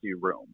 room